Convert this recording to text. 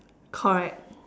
correct